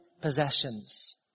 possessions